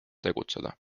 tegutseda